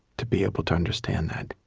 to be able to understand that